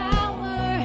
Power